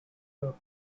her